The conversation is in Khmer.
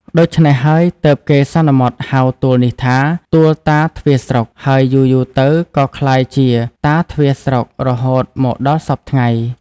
ដូច្នេះហើយ ទើបគេសន្មតហៅទួលនេះថា "ទួលតាទ្វារស្រុក" ហើយយូរៗទៅក៏ក្លាយជា "តាទ្វារស្រុក" រហូតមកដល់សព្វថ្ងៃ ។